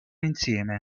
insieme